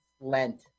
Lent